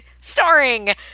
starring